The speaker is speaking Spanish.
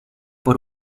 por